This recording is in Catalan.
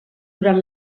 durant